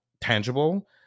tangible